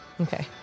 Okay